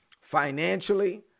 financially